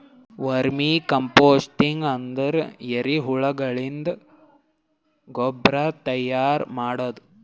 vermi composting ಅಂದ್ರ ಎರಿಹುಳಗಳಿಂದ ಗೊಬ್ರಾ ತೈಯಾರ್ ಮಾಡದು